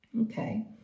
Okay